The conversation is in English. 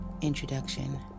Introduction